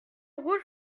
rouge